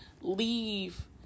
leave